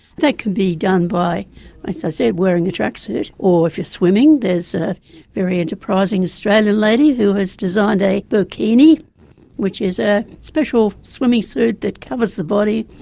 that can be done by as i said said wearing a tracksuit or if you're swimming there's a very enterprising australian lady who has designed a burqini which is a special swimming suit that covers the body,